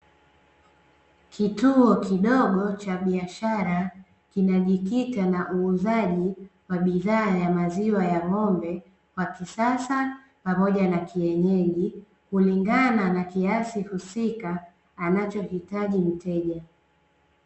Kituo kidogo cha biashara, kinajikita na uuzaji wa bidhaa ya maziwa ya ng'ombe wa kisasa pamoja na kienyeji, kulingana na kiasi husika anachohitaji mteja.